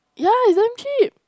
yeah it's damn cheap